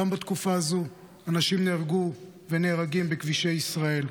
גם בתקופה הזו אנשים נהרגו ונהרגים בכבישי ישראל.